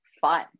fun